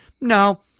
No